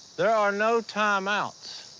there are no time-outs